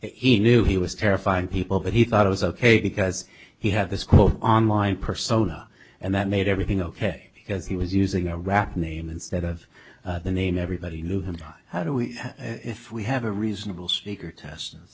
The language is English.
he knew he was terrifying people but he thought it was ok because he had this quote online persona and that made everything ok because he was using a rap name instead of the name everybody knew him how do we if we have a reasonable speaker test